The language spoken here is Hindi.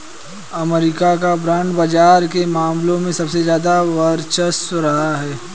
अमरीका का बांड बाजार के मामले में सबसे ज्यादा वर्चस्व रहा है